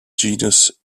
genus